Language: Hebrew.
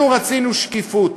אנחנו רצינו שקיפות.